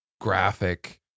graphic